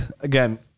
again